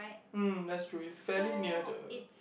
mm that's true is fairly near the